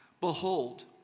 Behold